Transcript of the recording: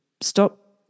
Stop